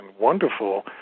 wonderful